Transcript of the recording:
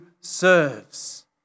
serves